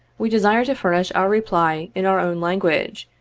we desire to furnish our reply in our own language,